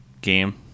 game